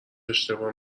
اشتباه